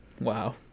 Wow